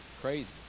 crazy